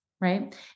right